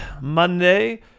Monday